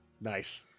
Nice